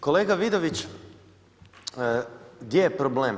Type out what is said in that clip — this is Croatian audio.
Kolega Vidović, gdje je problem?